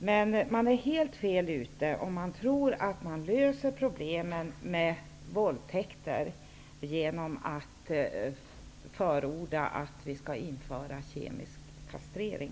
Men man är helt fel ute om man tror att man löser problemen med våldtäkter genom att förorda att vi skall införa kemisk kastrering.